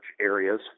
areas